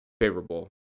favorable